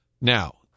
Now